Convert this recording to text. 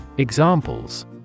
Examples